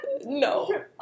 No